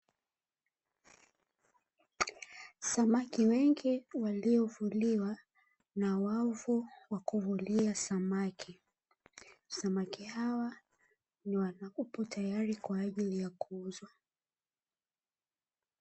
Samaki wengi waliovuliwa na wavu wa kuvulia samaki, samaki hawa wapo tayari kwa ajili ya kuuzwa.